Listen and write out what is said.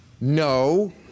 No